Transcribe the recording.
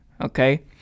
okay